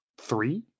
three